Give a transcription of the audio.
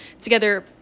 together